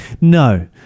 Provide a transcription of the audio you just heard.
No